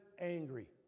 angry